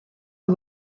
are